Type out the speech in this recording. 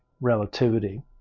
relativity